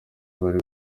bari